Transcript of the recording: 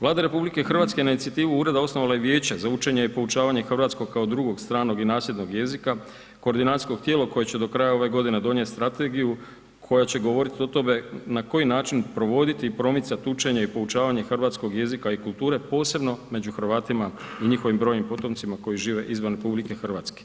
Vlada RH na inicijativu ureda, osnovala je i Vijeće za učenje i poučavanje hrvatskog kao drugog stranog i nasljednog jezika, koordinacijsko tijelo koje će do kraja ove godine donijet strategiju koja će govorit o tome na koji način provoditi i promicat učenje i poučavanje hrvatskog jezika i kulture, posebno među Hrvatima i njihovim brojnim potomcima koji žive izvan RH.